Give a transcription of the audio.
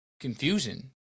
confusion